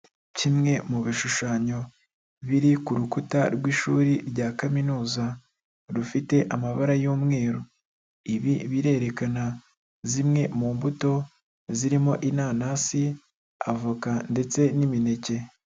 Kimwe mu bishushanyo biri ku rukuta rw'ishuri rya kaminuza, rufite amabara y'umweru ibi birerekana zimwe mu mbuto zirimo inanasi, avoka, ndetse n'imineke.